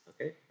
Okay